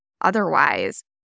otherwise